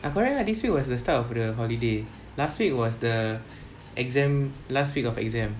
ah correct lah this was the start of the holiday last week was the exam last week of exam